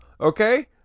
okay